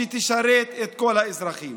שתשרת את כל האזרחים.